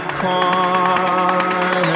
corner